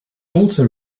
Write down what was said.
also